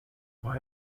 why